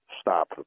stop